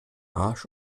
arsch